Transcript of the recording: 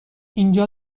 اینجا